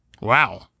Wow